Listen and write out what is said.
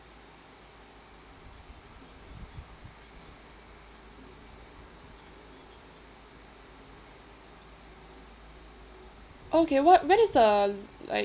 okay what when is the like